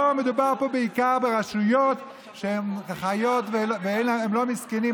לא, מדובר פה בעיקר ברשויות, והן לא מסכנות.